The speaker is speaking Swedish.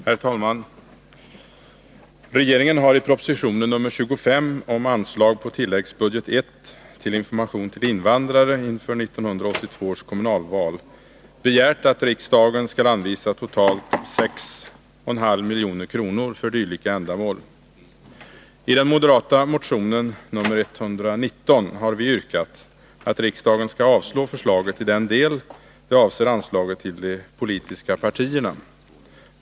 Herr talman! Regeringen har i propositionen nr 25 om anslag på tilläggsbudget I till information till invandrare inför 1982 års kommunalval begärt att riksdagen skall anvisa totalt 6,5 milj.kr. för dylika ändamål. I den moderata motionen nr 119 har vi yrkat att riksdagen skall avslå förslaget i den del det avser anslaget till de politiska partierna.